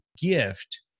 gift